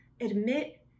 admit